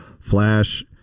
Flash